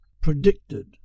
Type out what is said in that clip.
predicted